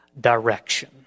direction